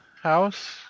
house